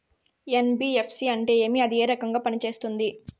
NBFC అంటే ఏమి అది ఏ రకంగా పనిసేస్తుంది